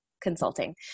consulting